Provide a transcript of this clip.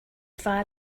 far